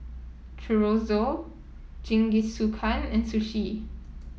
Chorizo Jingisukan and Sushi